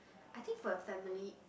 I think for a family